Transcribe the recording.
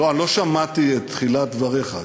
לא, לא שמעתי את תחילת דבריך.